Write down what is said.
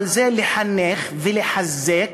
לחנך ולחזק